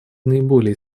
наиболее